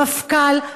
המפכ"ל,